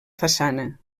façana